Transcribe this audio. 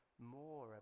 more